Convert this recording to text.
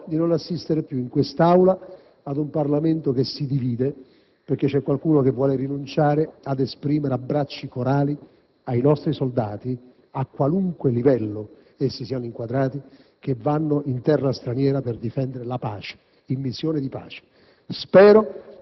mi auguro di non assistere più in quest'Aula ad un Parlamento che si divide perché c'è qualcuno che vuole rinunciare ad esprimere abbracci corali ai nostri soldati, a qualunque livello essi siano inquadrati, che vanno in terra straniera per difendere la pace, in missione di pace.